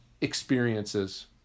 experiences